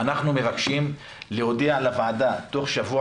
אנחנו מבקשים להודיע לוועדה תוך שבוע